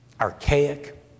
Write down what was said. archaic